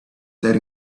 that